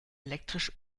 elektrisch